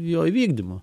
jo įvykdymu